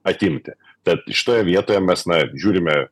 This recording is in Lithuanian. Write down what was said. atimti bet šitoje vietoje mes na žiūrime